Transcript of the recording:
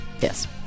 Yes